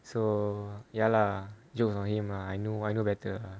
so ya lah jokes on him lah I know I know better lah